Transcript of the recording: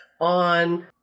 on